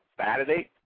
Saturday